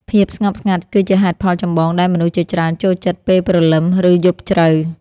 ភាពស្ងប់ស្ងាត់គឺជាហេតុផលចម្បងដែលមនុស្សជាច្រើនចូលចិត្តពេលព្រលឹម ឬយប់ជ្រៅ។